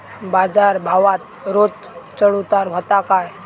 बाजार भावात रोज चढउतार व्हता काय?